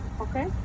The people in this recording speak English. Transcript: Okay